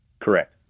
Correct